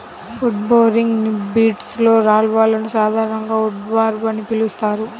wood boring బీటిల్స్లో లార్వాలను సాధారణంగా ఉడ్వార్మ్ అని పిలుస్తారు